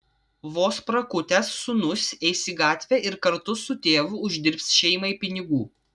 vos prakutęs sūnus eis į gatvę ir kartu su tėvu uždirbs šeimai pinigų